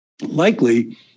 likely